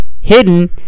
hidden